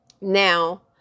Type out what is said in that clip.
Now